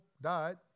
died